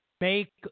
make